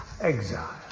exile